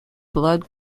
blood